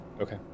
Okay